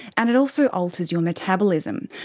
and it also alters your metabolism.